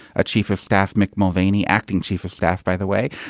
a chief of staff, mick mulvaney, acting chief of staff, by the way,